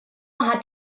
hat